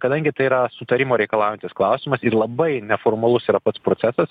kadangi tai yra sutarimo reikalaujantis klausimas ir labai neformalus yra pats procesas